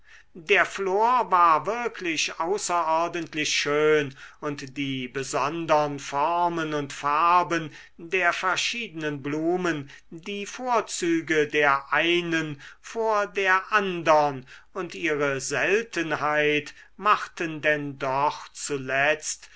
der flor war wirklich außerordentlich schön und die besondern formen und farben der verschiedenen blumen die vorzüge der einen vor der andern und ihre seltenheit machten denn doch zuletzt